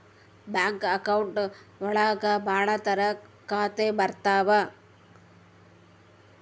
bank account ಒಳಗ ಭಾಳ ತರ ಖಾತೆ ಬರ್ತಾವ್